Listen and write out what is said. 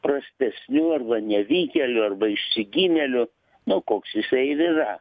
prastesniu arba nevykėliu arba išsigimėliu nu koks jisai ir yra